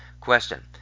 Question